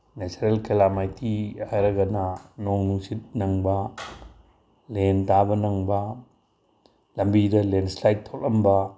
natural calamity ꯍꯥꯏꯔꯒꯅ ꯅꯣꯡ ꯅꯨꯡꯁꯤꯠ ꯅꯪꯕ ꯂꯦꯟ ꯇꯥꯕ ꯅꯪꯕ ꯂꯝꯕꯤꯗ ꯂꯦꯟꯁꯂꯥꯏꯠ ꯊꯣꯛꯂꯝꯕ